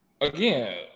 again